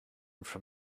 from